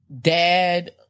Dad